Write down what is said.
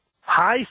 Hi